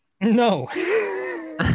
no